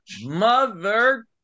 mother